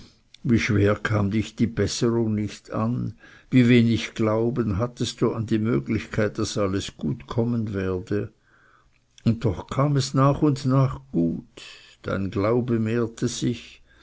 wie schwer kam dich die besserung nicht an wie wenig glauben hattest du an die möglichkeit daß alles gut kommen werde und doch kam es nach und nach gut dein glaube mehrte sich